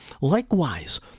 Likewise